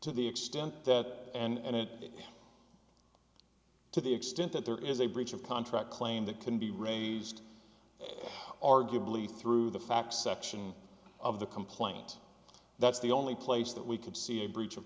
to the extent that and it is to the extent that there is a breach of contract claim that can be raised arguably through the facts section of the complaint that's the only place that we could see a breach of